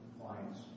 clients